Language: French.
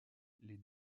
les